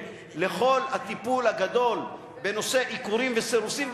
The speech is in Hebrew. לכל הטיפול הגדול בנושא עיקורים וסירוסים,